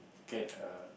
get a